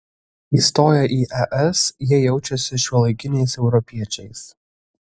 įstoję į es jie jaučiasi šiuolaikiniais europiečiais